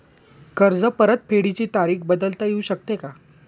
कर्ज परतफेडीची तारीख बदलता येऊ शकते का?